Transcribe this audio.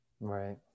right